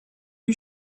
you